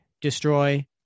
Destroy